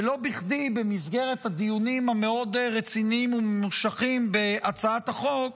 ולא בכדי במסגרת הדיונים המאוד-רציניים וממושכים בהצעת החוק